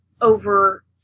over